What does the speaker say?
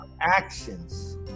actions